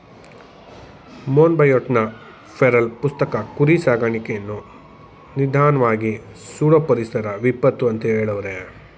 ಮೊನ್ಬಯೋಟ್ನ Feral ಪುಸ್ತಕ ಕುರಿ ಸಾಕಾಣಿಕೆಯನ್ನು ನಿಧಾನ್ವಾಗಿ ಸುಡೋ ಪರಿಸರ ವಿಪತ್ತು ಅಂತ ಹೆಳವ್ರೆ